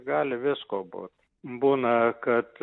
gali visko būt būna kad